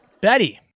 Betty